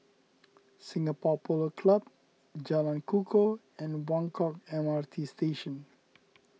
Singapore Polo Club Jalan Kukoh and Buangkok M R T Station